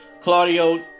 Claudio